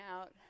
out